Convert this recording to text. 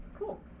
Cool